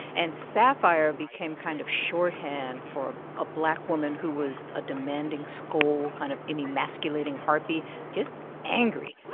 and sapphire became kind of shorthand for a black woman who was a demanding scold, kind of an emasculating harpy just angry